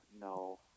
no